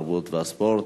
התרבות והספורט.